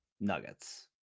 Nuggets